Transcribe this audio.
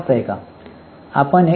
समजतय का